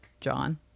John